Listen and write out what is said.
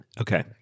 Okay